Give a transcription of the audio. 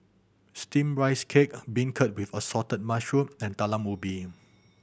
Steamed Rice Cake beancurd with assorted mushroom and Talam Ubi